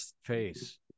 face